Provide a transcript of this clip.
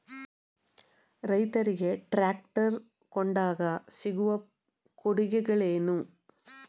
ರೈತರಿಗೆ ಟ್ರಾಕ್ಟರ್ ಕೊಂಡಾಗ ಸಿಗುವ ಕೊಡುಗೆಗಳೇನು?